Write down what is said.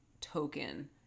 token